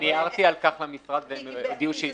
אני הערתי על כך למשרד והם הודיעו שיתקנו.